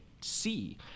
see